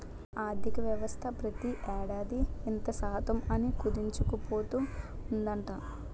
ఆర్థికవ్యవస్థ ప్రతి ఏడాది ఇంత శాతం అని కుదించుకుపోతూ ఉందట